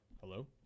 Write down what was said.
Hello